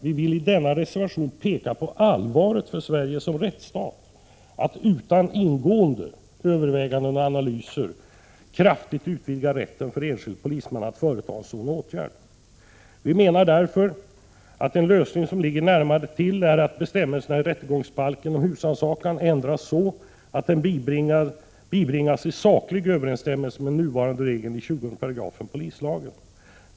Vi vill i denna reservation peka på allvaret för Sverige som rättsstat att utan ingående överväganden och analyser kraftigt utvidga rätten för enskild polisman att företaga en sådan åtgärd. Vi menar därför att en lösning som ligger närmare till är att bestämmelserna i rättegångsbalken om husransakan ändras så att den bringas i saklig överensstämmelse med den nuvarande regeln i 20 § polislagen.